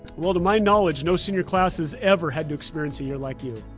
well, to my knowledge, no senior class has ever had to experience a year like you.